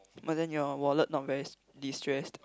but then your wallet not very s~ destressed